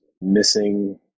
missing